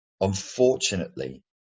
unfortunately